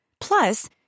Plus